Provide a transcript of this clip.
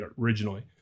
originally